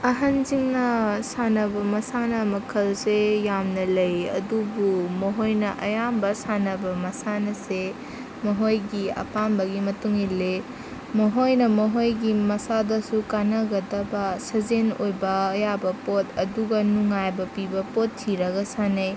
ꯑꯍꯟꯁꯤꯡꯅ ꯁꯥꯟꯅꯕ ꯃꯁꯥꯟꯅ ꯃꯈꯜꯁꯦ ꯌꯥꯝꯅ ꯂꯩ ꯑꯗꯨꯕꯨ ꯃꯈꯣꯏꯅ ꯑꯌꯥꯝꯕ ꯁꯥꯟꯅꯕ ꯃꯁꯥꯟꯅꯁꯦ ꯃꯈꯣꯏꯒꯤ ꯑꯄꯥꯝꯕꯒꯤ ꯃꯇꯨꯡ ꯏꯜꯂꯦ ꯃꯈꯣꯏꯅ ꯃꯈꯣꯏꯒꯤ ꯃꯁꯥꯗꯁꯨ ꯀꯥꯟꯅꯒꯗꯕ ꯁꯥꯖꯦꯟ ꯑꯣꯏꯕ ꯌꯥꯕ ꯄꯣꯠ ꯑꯗꯨꯒ ꯅꯨꯡꯉꯥꯏꯕ ꯄꯤꯕ ꯄꯣꯠ ꯊꯤꯔꯒ ꯁꯥꯟꯅꯩ